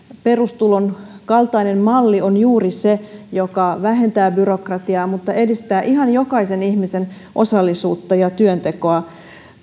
perustulon kaltainen malli on juuri se joka vähentää byrokratiaa mutta edistää ihan jokaisen ihmisen osallisuutta ja työntekoa